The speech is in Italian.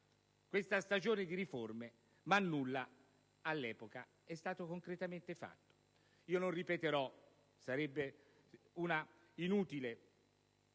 questa stagione di riforme, ma nulla all'epoca è stato concretamente fatto. Non ripeterò - sarebbe un'inutile